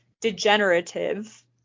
degenerative